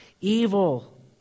Evil